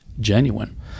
genuine